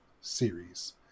series